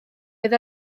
oedd